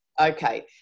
Okay